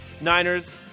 Niners